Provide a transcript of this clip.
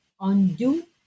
undo